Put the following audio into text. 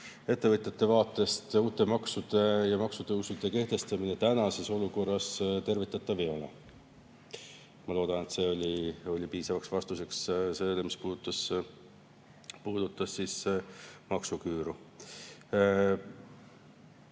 ettevõtjate seisukohast uute maksude ja maksutõusude kehtestamine tänases olukorras tervitatav ei ole. Ma loodan, et see oli piisav vastus küsimusele, mis puudutas maksuküüru.